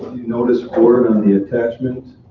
notice board, on the attachment,